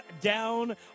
down